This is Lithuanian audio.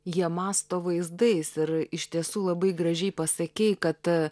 jie mąsto vaizdais ir iš tiesų labai gražiai pasakei kad